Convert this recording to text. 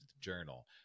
journal